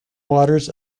waters